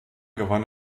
gewann